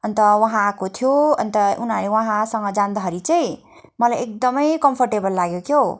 अन्त उहाँ आएको थियो अन्त उहाँसँग जाँदाखेरि चाहिँ मलाई एकदमै कम्फर्टेबल लाग्यो क्याउ